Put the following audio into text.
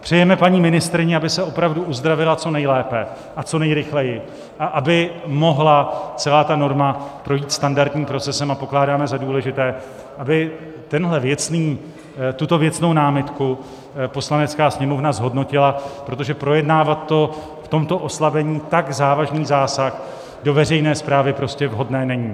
Přejeme paní ministryni, aby se opravdu uzdravila co nejlépe a co nejrychleji a aby mohla celá ta norma projít standardním procesem, a pokládáme za důležité, aby tuto věcnou námitku Poslanecká sněmovna zhodnotila, protože projednávat v tomto oslabení tak závažný zásah do veřejné správy prostě vhodné není.